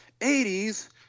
80s